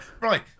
Right